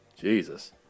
Jesus